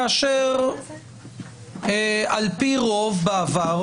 כאשר על פי רוב בעבר,